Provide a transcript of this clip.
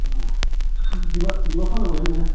अह बिबार बिबार फानोमोनलाय नोङो